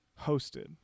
hosted